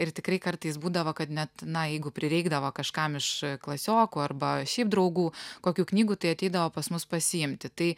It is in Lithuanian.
ir tikrai kartais būdavo kad net na jeigu prireikdavo kažkam iš klasiokų arba šiaip draugų kokių knygų tai ateidavo pas mus pasiimti tai